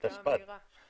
והטכנולוגיה של הכנסת,